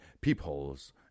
peepholes